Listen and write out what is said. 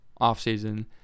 offseason